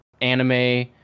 anime